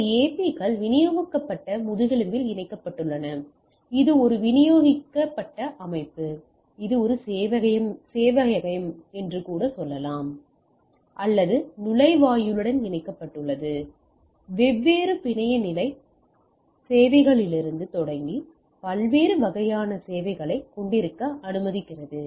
இந்த AP கள் விநியோகிக்கப்பட்ட முதுகெலும்பில் இணைக்கப்பட்டுள்ளன இது ஒரு விநியோக அமைப்பு இது ஒரு சேவையகம் அல்லது நுழைவாயிலுடன் இணைக்கப்பட்டுள்ளது வெவ்வேறு பிணைய நிலை சேவைகளிலிருந்து தொடங்கி பல்வேறு வகையான சேவைகளைக் கொண்டிருக்க அனுமதிக்கிறது